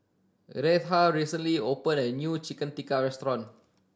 Retha recently opened a new Chicken Tikka restaurant